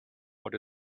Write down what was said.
what